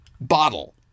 bottle